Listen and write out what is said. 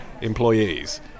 employees